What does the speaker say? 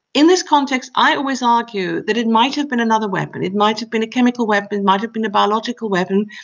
in this context i always argue that it might have been another weapon, it might have been a chemical weapon, it might have been a biological weapon.